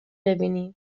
ببینی